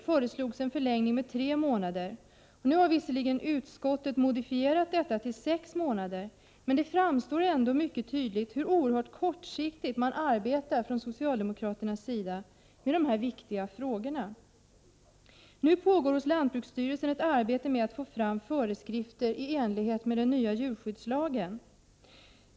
har man visserligen i utskottet modifierat detta till sex månader, men det framstår ändå mycket tydligt hur oerhört kortsiktigt man arbetar från socialdemokraternas sida med dessa viktiga frågor. Nu pågår vid lantbruksstyrelsen ett arbete med att få fram föreskrifter i enlighet med den nya djurskyddslagen.